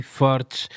fortes